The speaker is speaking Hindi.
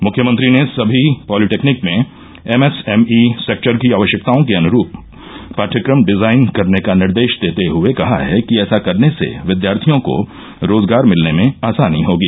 मुख्यमंत्री ने सभी पॉलिटेक्निक में एमएसएमई सेक्टर की आवश्यकताओं के अनुसार पाठयक्रम डिजाइन करने का निर्देश देते हये कहा है कि ऐसा करने से विद्यार्थियों को रोजगार मिलने में आसानी होगी